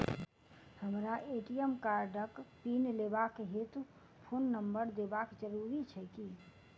हमरा ए.टी.एम कार्डक पिन लेबाक हेतु फोन नम्बर देबाक जरूरी छै की?